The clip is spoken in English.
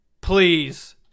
Please